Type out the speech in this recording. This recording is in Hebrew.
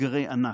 אתגרי ענק.